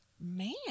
Man